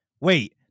Wait